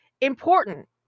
important